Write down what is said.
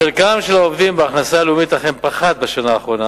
חלקם של העובדים בהכנסה הלאומית אכן פחת בשנה האחרונה.